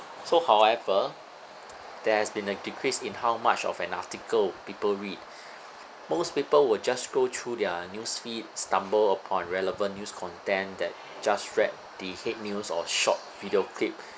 so however there has been a decrease in how much of an article people read most people will just go through their newsfeed stumble upon relevant news content then just read the head news or short video clip